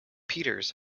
peters